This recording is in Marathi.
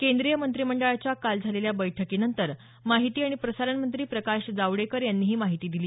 केंद्रीय मंत्रिमंडळाच्या काल झालेल्या बैठकीनंतर माहिती आणि प्रसारण मंत्री प्रकाश जावडेकर यांनी ही माहिती दिली